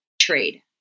trade